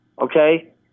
okay